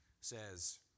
says